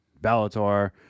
Bellator